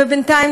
ובינתיים,